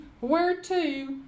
whereto